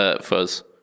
fuzz